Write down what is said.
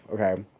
okay